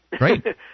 Right